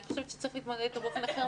אני חושבת שצריך להתמודד איתו באופן אחר.